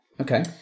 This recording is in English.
Okay